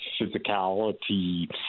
physicality